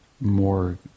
more